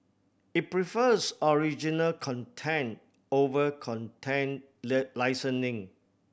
it prefers original content over content licensing